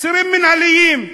אסירים מינהליים,